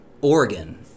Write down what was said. Oregon